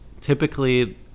typically